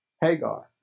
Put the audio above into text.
Hagar